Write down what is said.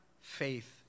faith